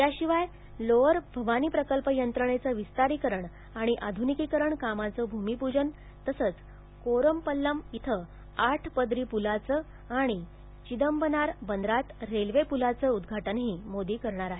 याशिवाय लोअर भवानी प्रकल्प यंत्रणेचं विस्तारीकरण आणि आध्निकीकरण कामाचं भूमिप्जन तसंच कोरमपल्लम इथं आठ पदरी प्लाचं आणि चिदंबनार बंदरात रेल्वे प्लाचं उद्घाटनही मोदी करणार आहेत